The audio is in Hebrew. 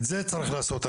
את זה צריך לעשות.